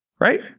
Right